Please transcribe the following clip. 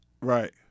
Right